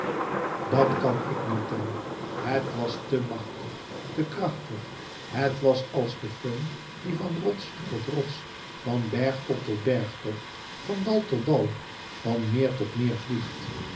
dat kan ik niet tell het was te machtig te krachtig het was als de föhn die van rots tot rots van bergtop tot bergtop van dal tot dal van meer tot meer vliegt